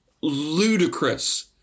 ludicrous